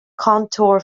contour